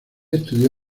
estudió